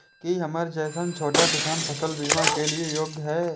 की हमर जैसन छोटा किसान फसल बीमा के लिये योग्य हय?